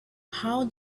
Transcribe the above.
how